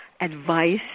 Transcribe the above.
advice